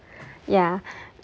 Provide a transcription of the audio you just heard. yeah